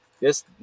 yes